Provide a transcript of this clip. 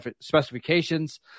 specifications